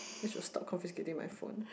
they should stop confiscating my phone